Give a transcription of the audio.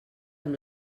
amb